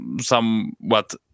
somewhat